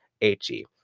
H-E